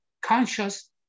conscious